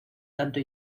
tanto